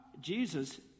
Jesus